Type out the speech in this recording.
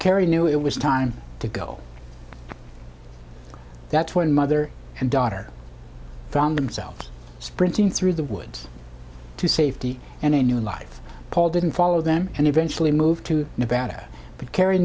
carey knew it was time to go that's when mother and daughter found themselves sprinting through the woods to safety and a new life paul didn't follow them and eventually moved to nevada